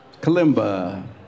kalimba